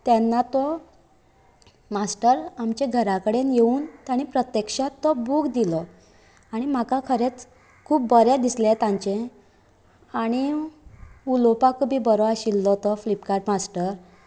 तेन्ना तो मास्टर आमचे घरा कडेन येवून तांणे प्रत्यक्षांत तो बूक दिलो आनी म्हाका खरेंच खूब बरें दिसले तांचे आनी उलोवपाकूय बीन बरो आशिल्लो तो फ्लिपकार्ट मास्टर